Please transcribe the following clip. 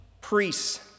priests